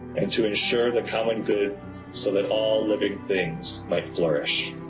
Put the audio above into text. and to ensure the common good so that all living things might flourish.